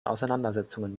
auseinandersetzungen